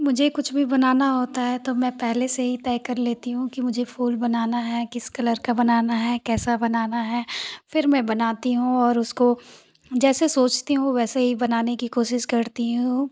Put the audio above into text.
मुझे कुछ भी बनाना होता है तो मै पेहले से ही तय कर लेती हूँ कि मुझे फूल बनाना है किस कलर का बनाना है कैसा बनाना है फिर मै बनाती हूँ और उसको जैसे सोचती हूँ वैसे ही बनाने की कोशिश करती हूँ